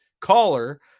caller